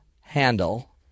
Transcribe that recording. handle